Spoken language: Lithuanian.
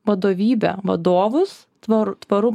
vadovybę vadovus tvoru tvaru